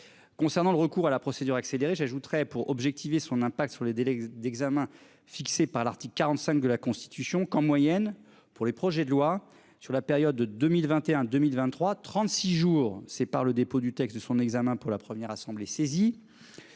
Concernant le recours à la procédure accélérée, j'ajouterai pour objectiver son impact sur les délais d'examen fixées par l'article 45 de la Constitution qu'en moyenne pour les projets de loi sur la période 2021 2023, 36 jours c'est par le dépôt du texte de son examen. Pour la première assemblée saisie